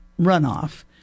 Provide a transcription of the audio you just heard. runoff